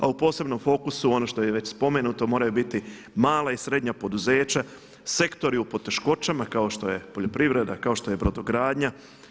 A u posebnom fokusu, ono što je već i spomenuto moraju biti mala i srednja poduzeća, sektori u poteškoćama kao što je poljoprivreda, kao što je brodogradnja.